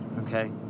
okay